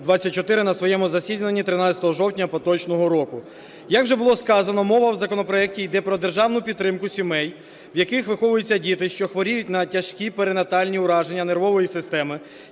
2024 на своєму засіданні 13 жовтня поточного року. Як вже було сказано, мова в законопроекті йде про державну підтримку сімей, в яких виховуються діти, що хворіють на тяжкі перинатальні ураження нервової системи,